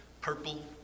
purple